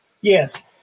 Yes